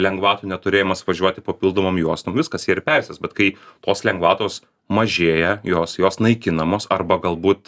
lengvatų neturėjimas važiuoti papildomom juostom viskas jie ir persės bet kai tos lengvatos mažėja jos jos naikinamos arba galbūt